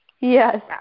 Yes